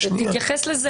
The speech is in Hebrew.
תתייחס לזה.